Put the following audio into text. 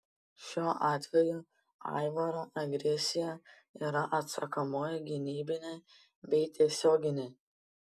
šiuo atveju aivaro agresija yra atsakomoji gynybinė bei tiesioginė